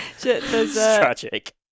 tragic